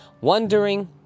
wondering